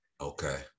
Okay